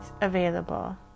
available